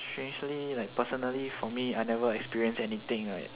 strangely like personally for me I never experience anything right